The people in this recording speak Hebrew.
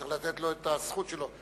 צריך לתת לו את הזכות שלו.